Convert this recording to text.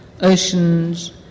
oceans